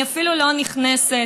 אני אפילו לא נכנסת,